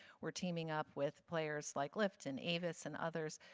we're teaming up with players like lyft and avis and others,